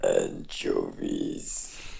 Anchovies